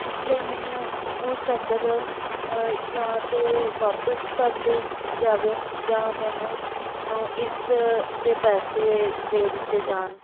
ਇਸ ਲਈ ਮੈਨੂੰ ਉਹ ਚਾਦਰ ਜਾਂ ਤਾਂ ਵਾਪਿਸ ਕਰ ਲਈ ਜਾਵੇ ਜਾਂ ਮੈਨੂੰ ਇਸ ਦੇ ਪੈਸੇ ਦੇ ਦਿੱਤੇ ਜਾਣ